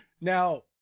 now